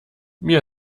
mir